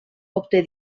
obté